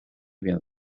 bien